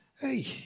Hey